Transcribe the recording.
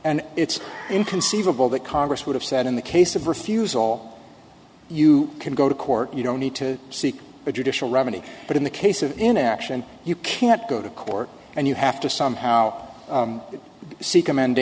and it's inconceivable that congress would have said in the case of refuse all you can go to court you don't need to seek a judicial remedy but in the case of inaction you can't go to court and you have to somehow